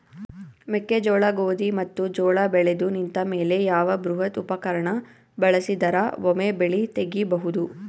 ಮೆಕ್ಕೆಜೋಳ, ಗೋಧಿ ಮತ್ತು ಜೋಳ ಬೆಳೆದು ನಿಂತ ಮೇಲೆ ಯಾವ ಬೃಹತ್ ಉಪಕರಣ ಬಳಸಿದರ ವೊಮೆ ಬೆಳಿ ತಗಿಬಹುದು?